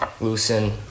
loosen –